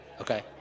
Okay